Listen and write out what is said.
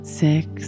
six